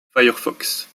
firefox